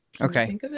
Okay